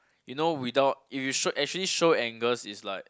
you know without you you show actually show angers is like